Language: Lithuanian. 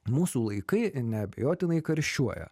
mūsų laikai neabejotinai karščiuoja